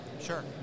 Sure